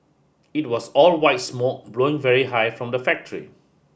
it was all white smoke blowing very high from the factory